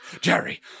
Jerry